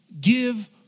give